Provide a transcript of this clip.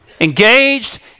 engaged